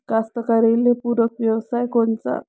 कास्तकाराइले पूरक व्यवसाय कोनचा?